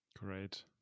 Great